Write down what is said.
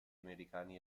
americani